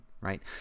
right